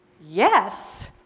yes